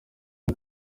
iyo